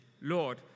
Lord